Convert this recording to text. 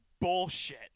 Bullshit